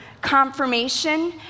confirmation